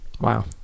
Wow